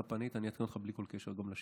אתה פנית, ואני אעדכן אותך, בלי כל קשר לשאילתה.